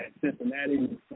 Cincinnati